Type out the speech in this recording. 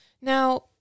Now